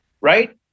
Right